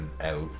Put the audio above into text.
out